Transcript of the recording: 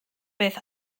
beth